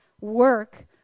work